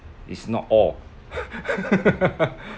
is not all